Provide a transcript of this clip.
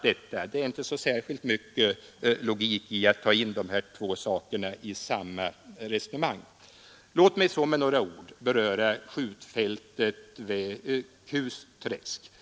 Det är inte så särskilt mycket logik i att ta in de här två sakerna i samma resonemang. Låt mig så något beröra skjutfältet vid Kusträsk.